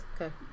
Okay